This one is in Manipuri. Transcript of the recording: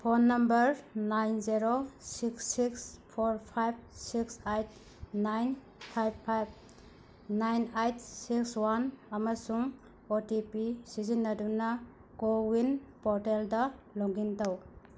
phone number nine zero six six four five six eight nine five five nine eight six one ꯑꯃꯁꯨꯡ ꯑꯣ ꯇꯤ ꯄꯤ ꯁꯤꯖꯤꯟꯅꯗꯨꯅ ꯀꯣꯋꯤꯟ ꯄꯣꯔꯇꯦꯜꯗ ꯂꯣꯛ ꯏꯟ ꯇꯧ